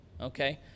okay